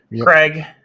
Craig